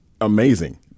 amazing